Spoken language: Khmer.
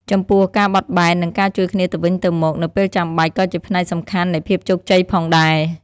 ចំពោះ ការបត់បែន និងការជួយគ្នាទៅវិញទៅមកនៅពេលចាំបាច់ ក៏ជាផ្នែកសំខាន់នៃភាពជោគជ័យផងដែរ។